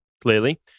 clearly